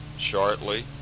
shortly